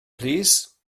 plîs